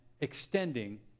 extending